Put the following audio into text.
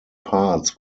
parts